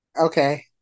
Okay